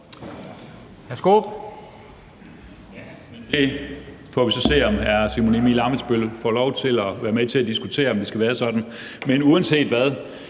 det får vi så se om hr. Simon Emil Ammitzbøll-Bille får lov til at være med til at diskutere om skal være sådan. Men uanset hvad,